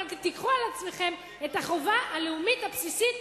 אבל תיקחו על עצמכם את החובה הלאומית הבסיסית